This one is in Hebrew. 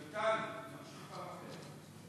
רויטל, נמשיך בפעם אחרת.